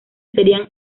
serían